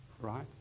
Right